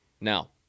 Now